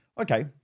okay